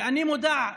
ואני מודע,